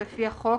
לפי החוק,